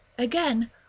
Again